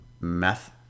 meth